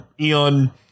Eon